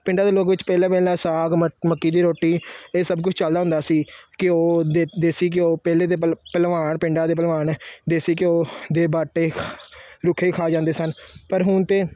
ਪਿੰਡਾਂ ਦੇ ਲੋਕ ਵਿੱਚ ਪਹਿਲਾਂ ਪਹਿਲਾਂ ਸਾਗ ਮ ਮੱਕੀ ਦੀ ਰੋਟੀ ਇਹ ਸਭ ਕੁਛ ਚਲਦਾ ਹੁੰਦਾ ਸੀ ਘਿਉ ਦੇ ਦੇਸੀ ਘਿਉ ਪਹਿਲੇ ਦੇ ਭਲ ਭਲਵਾਨ ਪਿੰਡਾਂ ਦੇ ਭਲਵਾਨ ਦੇਸੀ ਘਿਉ ਦੇ ਬਾਟੇ ਰੁੱਖੇ ਹੀ ਖਾ ਜਾਂਦੇ ਸਨ ਪਰ ਹੁਣ ਤਾਂ